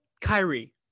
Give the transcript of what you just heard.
Kyrie